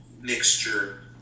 mixture